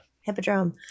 Hippodrome